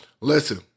Listen